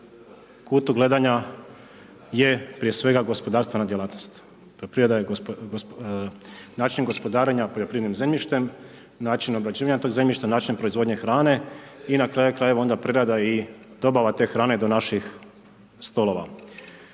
kutu gledanja je prije svega gospodarstvena djelatnost. Poljoprivreda je način gospodarenja poljoprivrednim zemljištem, način obrađivanja tog zemljišta, način proizvodnje hrane i na kraju krajeva prerada i dobava te hrane do naših stolova.